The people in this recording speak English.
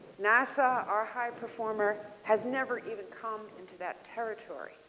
nasa our high performer has never even come into that territory.